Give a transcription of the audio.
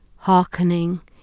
hearkening